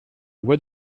voie